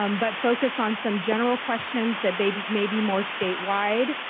um but focus on some general questions that may be may be more statewide.